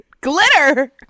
Glitter